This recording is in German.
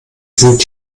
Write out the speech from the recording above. sind